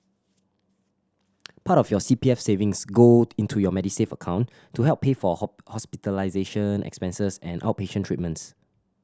part of your C P F savings go into your Medisave account to help pay for hospitalization expenses and outpatient treatments